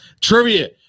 trivia